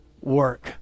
work